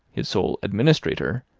his sole administrator,